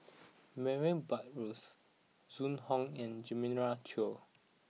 Murray Buttrose Zhu Hong and Jeremiah Choy